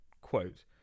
quote